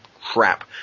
crap